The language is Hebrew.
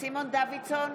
סימון דוידסון,